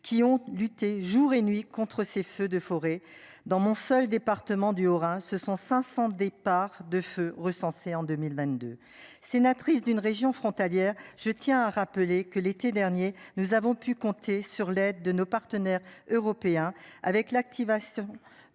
qui ont lutté jour et nuit contre ces feux de forêt dans mon seul département du Haut-Rhin, ce sont 500 départs de feu recensés en 2022 sénatrice d'une région frontalière. Je tiens à rappeler que l'été dernier, nous avons pu compter sur l'aide de nos partenaires européens avec l'activation